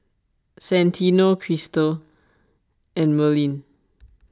Santino Cristal and Merlin